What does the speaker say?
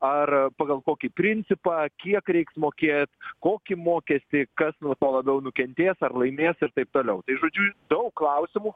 ar pagal kokį principą kiek reiks mokėt kokį mokestį kas nuo to labiau nukentės ar laimės ir taip toliau žodžiu daug klausimų